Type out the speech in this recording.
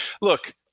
look